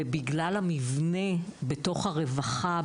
ובגלל המבנה בתוך הרווחה,